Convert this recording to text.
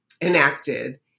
enacted